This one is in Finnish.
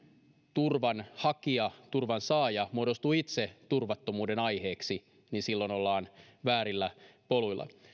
turvan hakija turvan saaja muodostuu itse turvattomuuden aiheeksi niin silloin ollaan väärillä poluilla